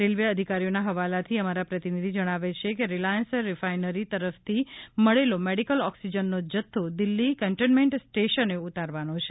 railway અધિકારોના હવાલાથી અમારા પ્રતિનિધિ જણાવે છે કે રિલાયંસ રેફાઈનરી તરફથી મળેલો મેડિકલ ઑક્સીજનનો જથ્થો દિલ્લી કેંટોનમેંટ સ્ટેશને ઉતરવાનો છે